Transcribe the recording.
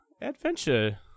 adventure